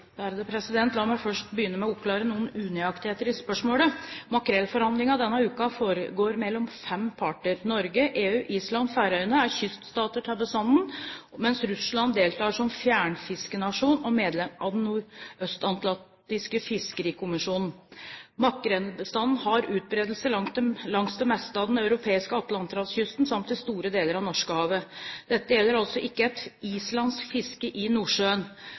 La meg først begynne med å oppklare noen unøyaktigheter i spørsmålet. Makrellforhandlingene denne uken foregår mellom fem parter. Norge, EU, Island og Færøyene er kyststater til bestanden, mens Russland deltar som fjernfiskenasjon og medlem av Den nordøstatlantiske fiskerikommisjon. Makrellbestanden har utbredelse langs det meste av den europeiske atlanterhavskysten samt i store deler av Norskehavet. Dette gjelder altså ikke et islandsk fiske i Nordsjøen.